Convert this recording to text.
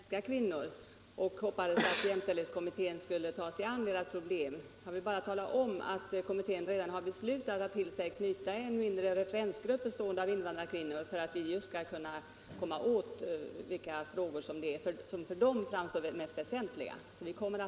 Herr talman! Fru Bernström nämnde att invandrarkvinnorna befinner sig i en svårare situation än svenska kvinnor och hoppades att jämställdhetskommittén skulle ta sig an deras problem. Jag vill bara tala om att kommittén redan har beslutat att till sig knyta en mindre referensgrupp bestående av invandrarkvinnor för att vi därmed skall komma åt de frågor som för dem framstår som mest väsentliga.